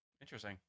Interesting